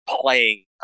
playing